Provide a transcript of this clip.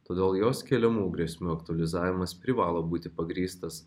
todėl jos keliamų grėsmių aktualizavimas privalo būti pagrįstas